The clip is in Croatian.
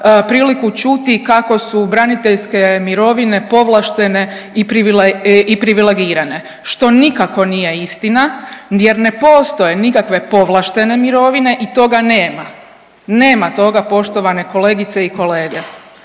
priliku čuti kako su braniteljske mirovine povlaštene i privilegirane što nikako nije istina jer ne postoje nikakve povlaštene mirovine i toga nema. Nema toga poštovane kolegice i kolege.